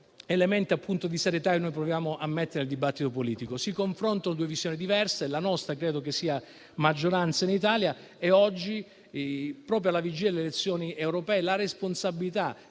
elementi di serietà che noi proviamo a mettere nel dibattito politico. Si confrontano due visioni diverse. La nostra è maggioranza in Italia e oggi, proprio alla vigilia delle elezioni europee, la responsabilità